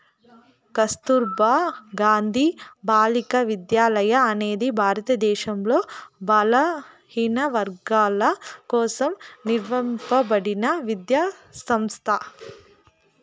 కస్తుర్బా గాంధీ బాలికా విద్యాలయ అనేది భారతదేశంలో బలహీనవర్గాల కోసం నిర్మింపబడిన విద్యా సంస్థ